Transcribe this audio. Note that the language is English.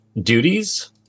duties